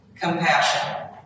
Compassion